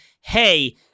hey